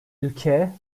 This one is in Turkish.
ülke